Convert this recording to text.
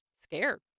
scared